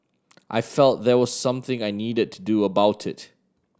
I felt there was something I needed to do about it